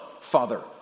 Father